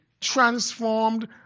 transformed